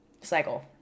cycle